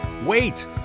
Wait